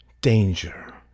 danger